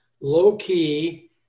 low-key